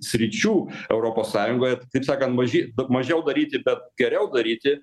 sričių europos sąjungoje kaip sakant maži mažiau daryti bet geriau daryti